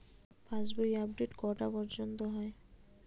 পাশ বই আপডেট কটা পর্যন্ত হয়?